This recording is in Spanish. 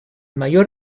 mayor